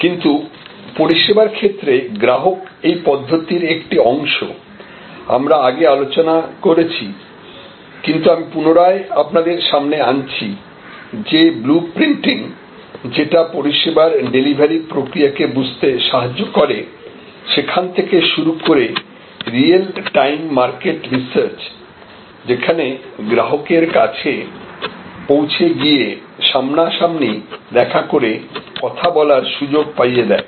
কিন্তু পরিসেবার ক্ষেত্রে গ্রাহক এই পদ্ধতির একটি অংশ আমরা আগে আলোচনা করেছি কিন্তু আমি পুনরায় আপনাদের সামনে আনছি যে ব্লুপ্রিন্টিং যেটা পরিষেবার ডেলিভারি প্রক্রিয়াকে বুঝতে সাহায্য করে সেখান থেকে শুরু করে রিয়েল টাইম মার্কেট রিসার্চ যেখানে গ্রাহকের কাছে পৌঁছে গিয়ে সামনাসামনি দেখা করে কথা বলার সুযোগ পাইয়ে দেয়